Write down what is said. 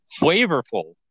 flavorful